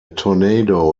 tornado